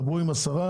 דברו עם השרה,